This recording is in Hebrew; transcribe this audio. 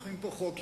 הלכו לבוחר.